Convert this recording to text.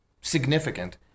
significant